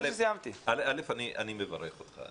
קודם כל אני מברך אותך.